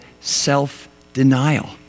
self-denial